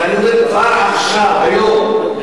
אבל אני אומר כבר עכשיו, היום,